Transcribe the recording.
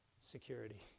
security